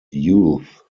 youth